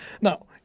Now